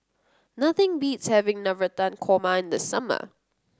nothing beats having Navratan Korma in the summer